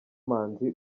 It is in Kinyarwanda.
manzi